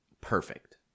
perfect